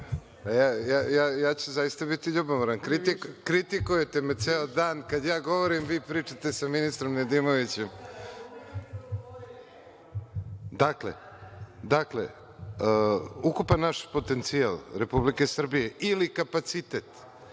ću zaista biti ljubomoran, kritikujete me ceo dan, a kad ja govorim, vi pričate sa ministrom Nedimovićem. Dakle, ukupan naš potencijal Republike Srbije, ili kapacitet,